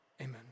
Amen